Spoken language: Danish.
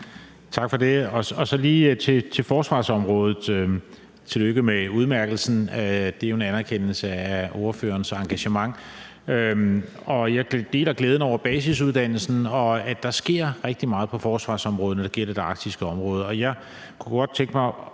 Tak for det. Så vil jeg lige gå til forsvarsområdet. Tillykke med udmærkelsen – det er jo en anerkendelse af ordførerens engagement. Jeg deler glæden over basisuddannelsen, og at der sker rigtig meget på forsvarsområdet, når det gælder det arktiske område. Jeg kunne godt tænke mig